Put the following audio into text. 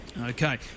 Okay